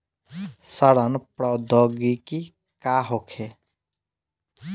सड़न प्रधौगिकी का होखे?